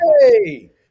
Hey